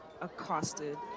accosted